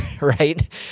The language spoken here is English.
right